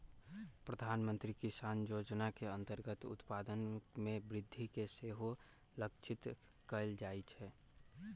प्रधानमंत्री किसान जोजना के अंतर्गत उत्पादन में वृद्धि के सेहो लक्षित कएल जाइ छै